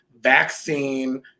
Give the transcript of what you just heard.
vaccine